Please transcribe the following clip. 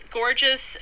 gorgeous